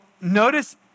notice